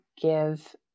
give